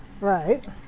Right